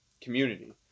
community